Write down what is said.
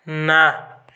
ନା